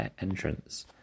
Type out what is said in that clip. entrance